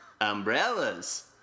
Umbrellas